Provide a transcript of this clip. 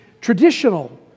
traditional